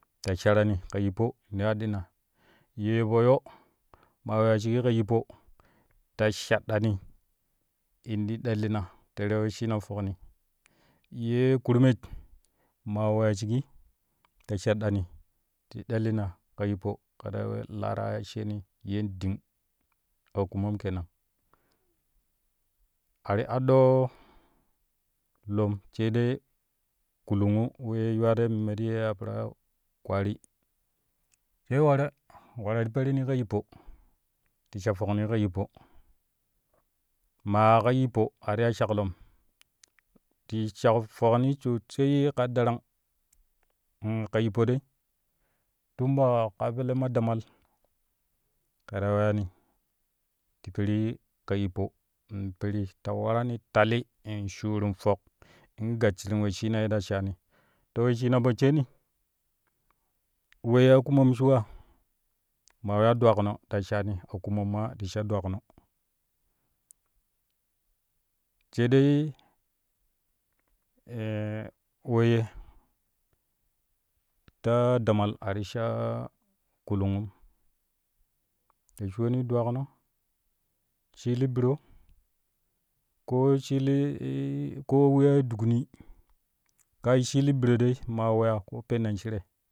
Ta shara ka yippo in aɗɗina ye po yoo maa weyaa shigi ka yippo ta shaɗɗani in ti ɗellina tere wesshina fokni yee kurmech maa weya shigi ta shaɗɗani ti ɗellino ka yippo ke ta we laa ta aa sheni yen ɗing akumom kenang a t aɗɗo lom sai dai kulungu we yuwarei we memne ti ye yaa peraa ya kwari sai ware, ware ti perinka yippo ti sha fokni ka yippo maa ka yippo a ti ya shaklom ti sha fokni sosai ka darang u ka yippo dai tun ba ka pelle ma damal ke fa weyani ti perii ka yippo ti peri ta warani talli in shurin fok in gasshirin wesshina yeta shaani to wesshina fo sheeni akumom maa ti sha dovakuno sai dai weyye ta damal a ti shaa kulungum ta shoni dwakuno, shili biro koo shili ko weyai dukni kai shili biro dai ma weyaa ko penon shire.